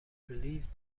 believed